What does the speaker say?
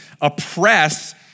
oppress